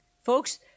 Folks